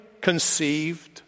conceived